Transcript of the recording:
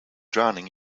drowning